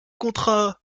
contrat